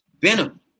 Venom